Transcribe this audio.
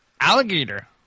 alligator